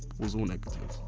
was all negative.